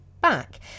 back